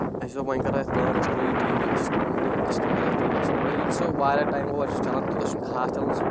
اَسہِ دوٚپ وۄنۍ کَرو یَتھ کٲم أسۍ تُلو یہِ ٹی وی أسۍ نِمہون یہِ أسۍ کیٛاہ کَرو یَتھ ٹی وِیَس وۄنۍ ییٚلہِ سُہ واریاہ ٹایم گوٚو وۄنۍ چھُ سُہ چَلان تیوٗتاہ چھُنہٕ خاص چلان سُہ